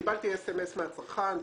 קיבלתי סמס מהצרכן.